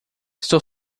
estou